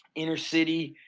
inner-city.